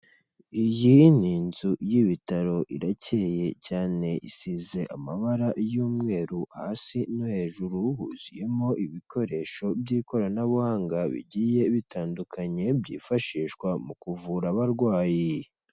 Iyi ni inzu y'ibitaro iracyeye cyane isize amabara y'umweru, hasi no hejuru huzuyemo ibikoresho by'ikoranabuhanga bigiye bitandukanye byifashishwa mu kuvura abarwayi.